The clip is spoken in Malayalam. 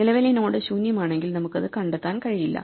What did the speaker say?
നിലവിലെ നോഡ് ശൂന്യമാണെങ്കിൽ നമുക്ക് അത് കണ്ടെത്താൻ കഴിയില്ല